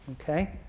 Okay